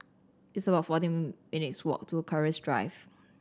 it's about fourteen minutes' walk to Keris Drive